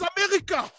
America